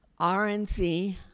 RNC